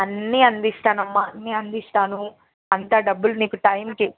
అన్నీ అందిస్తానమ్మ అన్నీ అందిస్తాను అంతా డబ్బులు నీకు టైంకి